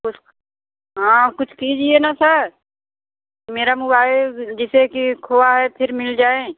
कुछ हाँ कुछ कीजिए ना सर मेरा मोवाइल जिसे कि खाेआ है फिर मिल जाए